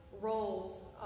roles